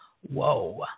Whoa